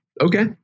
okay